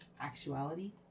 actuality